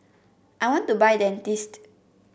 I want to buy Dentiste